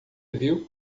viu